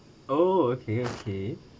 oh okay okay